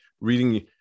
reading